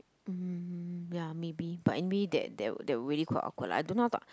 mm ya maybe but anyway that that that really quite awkward lah I don't know how to